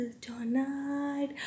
tonight